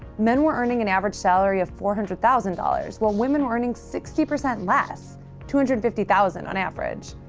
men were earning an average salary of four hundred thousand dollars, while women were earning sixty percent less two hundred fifty thousand on average.